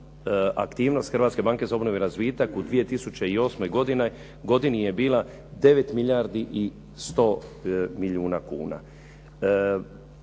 aktivnost Hrvatske banke za obnovu i razvitak u 2008. godini je bila 9 milijardi i 100 milijuna kuna.